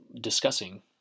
discussing